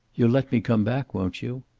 you'll let me come back, won't you?